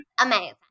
amazing